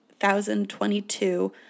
2022